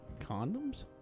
Condoms